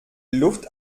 luft